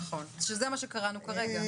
נכון, שזה מה שקראנו כרגע.